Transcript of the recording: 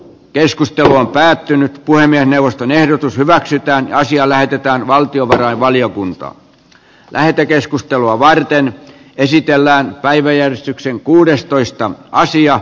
keskustelu on päättynyt puhemiesneuvoston ehdotus hyväksytään naisia lähetetään valtiovarainvaliokunta lähetekeskustelua varten esitellään päiväjärjestykseen kuudestoista sisällöstä